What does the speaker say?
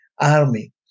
army